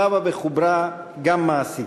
שבה וחוברה גם מעשית.